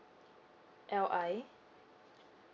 L I